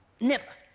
never.